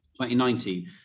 2019